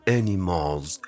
animals